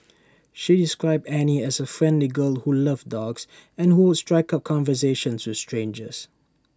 she described Annie as A friendly girl who loved dogs and who would strike up conversations with strangers